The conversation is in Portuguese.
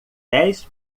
dez